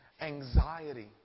Anxiety